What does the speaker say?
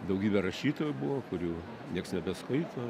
daugybė rašytojų buvo kurių niekas nebeskaito